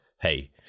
Hey